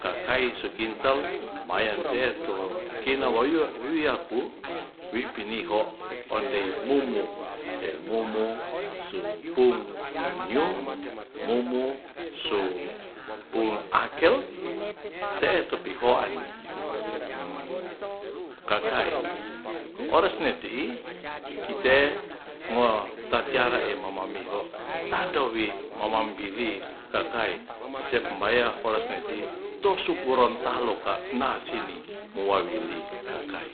kakai su kintal mayen te'e to kina wawiok wawiaku wi piniho ondei mumu te mumu su pung nyu mumu so pun akel te'e pihoan kakai ores ne ti'i i kite ma tatiara e mamamiho tandowi mamambili kakai sep baya ores ne ti to su gorontalo ka na sini mowawili kakai